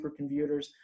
supercomputers